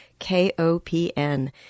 KOPN